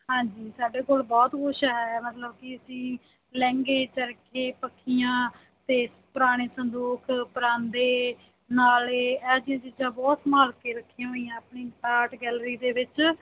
ਹਾਂਜੀ ਸਾਡੇ ਕੋਲ ਬਹੁਤ ਕੁਛ ਹੈ ਮਤਲਬ ਕਿ ਅਸੀਂ ਲਹਿੰਗੇ ਚਰਖੇ ਪੱਖੀਆਂ ਅਤੇ ਪੁਰਾਣੇ ਸੰਦੂਕ ਪਰਾਂਦੇ ਨਾਲੇ ਇਹੋ ਜਿਹੀਆਂ ਚੀਜ਼ਾਂ ਬਹੁਤ ਸੰਭਾਲ ਕੇ ਰੱਖੀਆਂ ਹੋਈਆਂ ਆਪਣੀ ਆਰਟ ਗੈਲਰੀ ਦੇ ਵਿੱਚ